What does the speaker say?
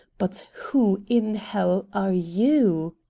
but, who in hell are you?